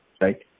right